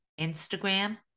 Instagram